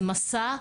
זה מסע,